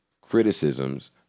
criticisms